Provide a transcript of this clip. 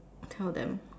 I'll tell them